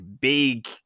big